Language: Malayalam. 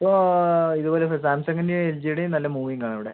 ഇപ്പോൾ ഇതുപോലെ സാർ സാംസംഗിൻ്റയും എൽജീടയും നല്ല മൂവിംഗാ ഇവിടെ